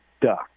duck